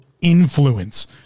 influence